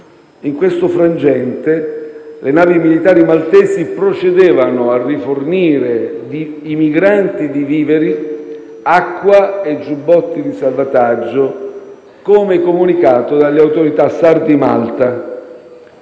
In questo frangente, le navi militari maltesi procedevano a rifornire i migranti di viveri, acqua e giubbotti di salvataggio, come comunicato dalle autorità SAR di Malta.